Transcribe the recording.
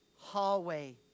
hallway